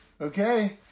Okay